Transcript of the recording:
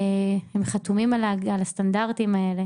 הם חתומים על הסטנדרטים האלה